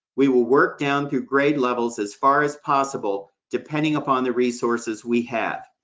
we will work down through grade levels as far as possible, depending upon the resources we have.